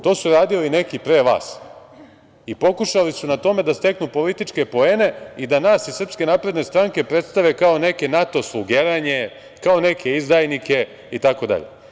To su radili neki pre vas i pokušali su na tome da steknu političke poene i da nas iz Srpske napredne stranke prestave kao neke NATO slugeranje, kao neke izdajnike itd.